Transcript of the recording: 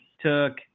took